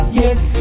yes